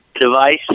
device